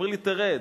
אמר לי: תרד,